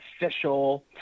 official